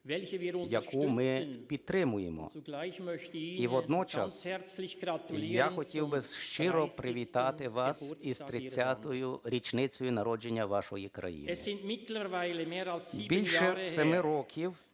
яку ми підтримуємо, і водночас я хотів би щиро привітати вас із 30 річницею народження вашої країни. Більше семи років